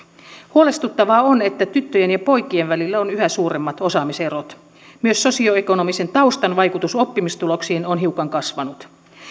huolestuttavaa on että tyttöjen ja poikien välillä on yhä suuremmat osaamiserot myös sosioekonomisen taustan vaikutus oppimistuloksiin on hiukan kasvanut